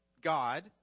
God